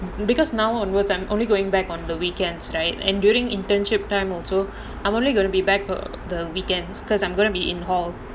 because now onwards I'm only going back on the weekends right and during internship time also I'm only going to be back for the weekends because I'm gonna be in hall